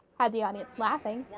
had the audience laughing.